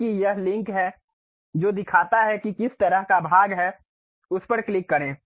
देखें कि एक लिंक है जो दिखाता है कि किस तरह का भाग है उस पर क्लिक करें